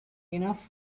enough